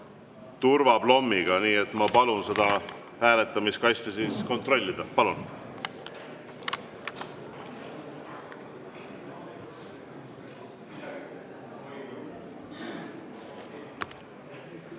turvaplommiga. Nii et ma palun seda hääletamiskasti kontrollida. Palun!